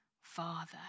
father